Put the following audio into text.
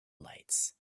lights